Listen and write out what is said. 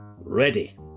Ready